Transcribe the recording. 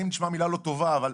אני